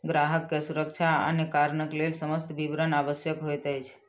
ग्राहक के सुरक्षा आ अन्य कारणक लेल समस्त विवरण आवश्यक होइत अछि